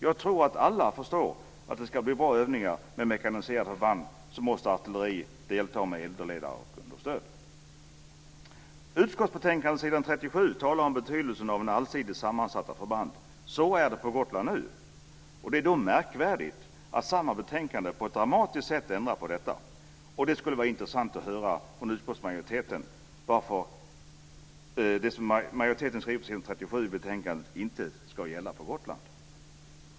Jag tror att alla förstår att för att det ska bli bra övningar med mekaniserade förband måste artilleriförband delta med eldledare och understöd. I utskottsbetänkandet på s. 37 talas det om betydelsen av allsidigt sammansatta förband. Så är det på Gotland nu. Det är då märkvärdigt att man i samma betänkande på ett dramatiskt sätt ändrar på detta. Det skulle vara intressant att höra från utskottsmajoriteten varför det som majoriteten skriver på s. 37 i betänkandet inte ska gälla Gotland.